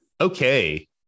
Okay